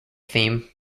theme